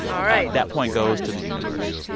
all right that point goes to the universe.